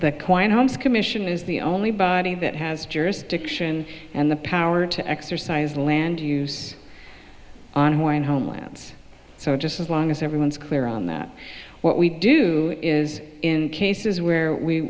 homes commission is the only body that has jurisdiction and the power to exercise land use on hawaiian homelands so just as long as everyone is clear on that what we do is in cases where we